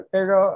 Pero